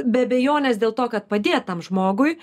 be abejonės dėl to kad padėt tam žmogui